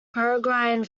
peregrine